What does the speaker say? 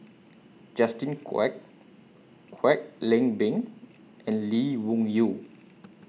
Justin Quek Kwek Leng Beng and Lee Wung Yew